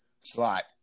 slot